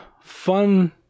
fun